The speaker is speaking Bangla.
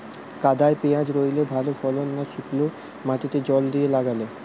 কাদায় পেঁয়াজ রুইলে ভালো ফলন না শুক্নো মাটিতে জল দিয়ে লাগালে?